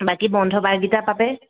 বাকী বন্ধ বাৰকেইটাৰ বাদে